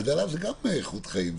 גם הגדלה היא איכות חיים.